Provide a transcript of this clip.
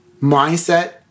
mindset